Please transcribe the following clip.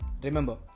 remember